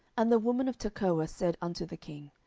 and the woman of tekoah said unto the king,